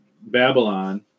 Babylon